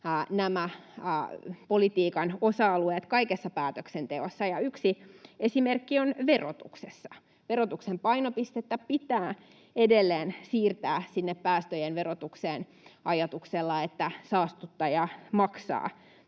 nämä politiikan osa-alueet kaikessa päätöksenteossa. Yksi esimerkki on verotuksessa. Verotuksen painopistettä pitää edelleen siirtää sinne päästöjen verotukseen ajatuksella, että saastuttaja maksaa.